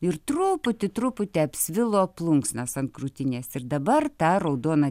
ir truputį truputį apsvilo plunksnas ant krūtinės ir dabar ta raudona